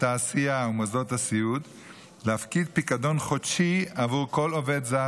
התעשייה ומוסדות הסיעוד חלה חובה להפקיד פיקדון חודשי עבור כל עובד זר